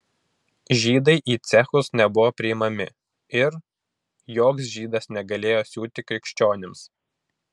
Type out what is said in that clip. žydai į cechus nebuvo priimami ir joks žydas negalėjo siūti krikščionims